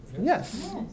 Yes